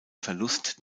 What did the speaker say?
verlust